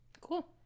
cool